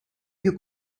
più